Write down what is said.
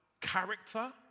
character